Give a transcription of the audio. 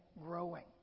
growing